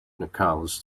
nicalls